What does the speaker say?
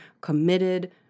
committed